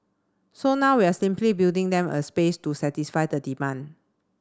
so now we're simply building them a space to satisfy the demand